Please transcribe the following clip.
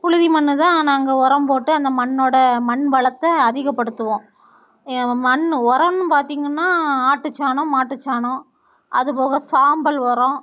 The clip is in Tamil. புழுதி மண் தான் நாங்கள் உரம் போட்டு அந்த மண்ணோடய மண் வளத்தை அதிகப்படுத்துவோம் எ மண்ணு உரம்னு பார்த்தீங்கன்னா ஆட்டுச் சாணம் மாட்டுச் சாணம் அதுபோக சாம்பல் உரம்